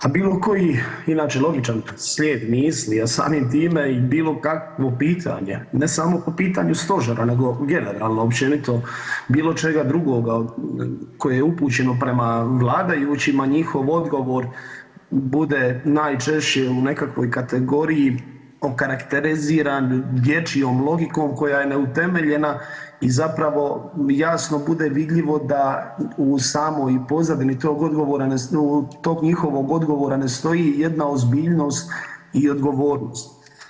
Pa bilo koji inače logičan slijed misli a samim time i bilo kakvo pitanje, ne samo po pitanju Stožera nego generalno općenito bilo čega drugoga koje je upućeno prema vladajućima, njihov odgovor bude najčešće u nekakvoj kategoriji okarakteriziran dječjom logikom koja je neutemeljena i zapravo jasno bude vidljivo da u samoj pozadini tog odgovora, tog njihovog odgovora ne stoji jedna ozbiljnost i odgovornost.